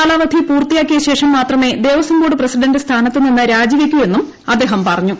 കാലാവധി പൂർത്തിയാക്കിയ ശേഷം മാത്രമേ ദേവസ്വംബോർഡ് പ്രസിഡന്റ് സ്ഥാനത്തു നിന്ന് രാജി വയ്ക്കു എന്നും അദ്ദേഹം പറഞ്ഞു